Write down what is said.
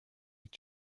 est